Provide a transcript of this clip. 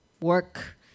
work